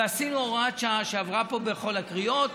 ועשינו הוראת שעה, שעברה פה בכל הקריאות.